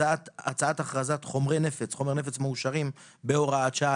הצעת אכרזת חומרי נפץ (חומר נפץ מאושרים) (הוראת שעה),